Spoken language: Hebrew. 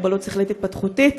מוגבלות שכלית-התפתחותית.